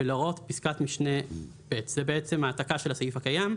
ולהוראות פסקת משנה (ב): זה בעצם העתקה של הסעיף הקיים,